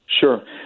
Sure